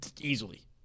Easily